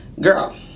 Girl